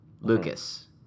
Lucas